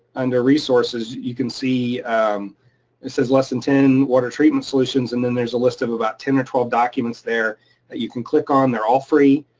under resources, you can see it says, lesson ten water treatment solutions, and then there's a list of about ten or twelve documents there that you can click on. they're all free,